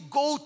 go